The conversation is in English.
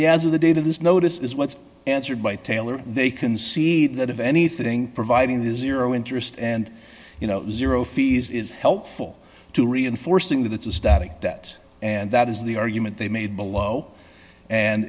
the as of the date of this notice is what's answered by taylor they can see that if anything providing the zero interest and you know zero fees is helpful to reinforcing that it's a static debt and that is the argument they made below and